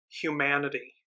humanity